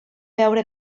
veure